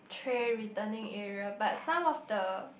tray returning area but some of the